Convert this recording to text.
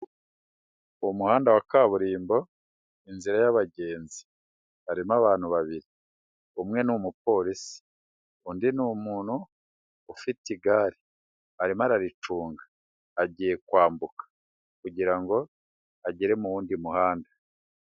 Umuhanda wa kaburimbo inzira y'abagenzi harimo abantu babiri, umwe ni umupolisi undi ni umuntu ufite igare arimo araricunga agiye kwambuka kugira ngo agere mu wundi muhanda.